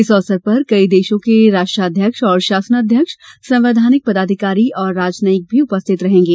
इस अवसर पर कई देशों के राष्ट्राध्यक्ष और शासनाध्यक्ष संवैधानिक पदाधिकारी और राजनयिक भी उपस्थित रहेंगे